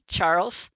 Charles